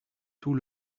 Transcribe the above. tout